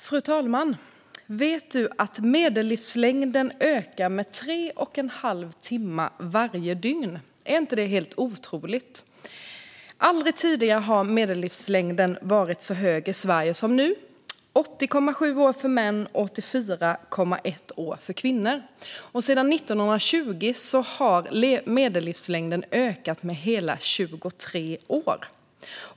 Fru talman! Vet ni att medellivslängden ökar med 3 1⁄2 timme varje dygn? Är inte det helt otroligt? Aldrig tidigare har medellivslängden varit så hög i Sverige som nu: 80,7 år för män och 84,1 år för kvinnor. Sedan 1920 har medellivslängden ökat med hela 23 år.